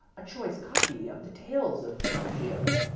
a choice copy of the tales of poggio,